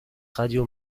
radio